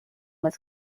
was